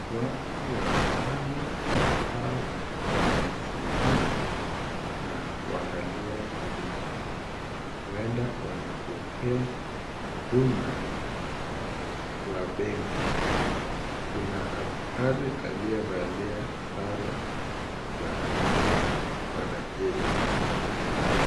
Watu watano ambao wamesimama na kuangalia dirisha uenda wanapokea huduma kwa benki. Kuna askari aliyevalia sare za wanajeshi.